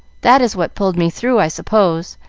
that is what pulled me through, i suppose.